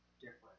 different